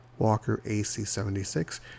WalkerAC76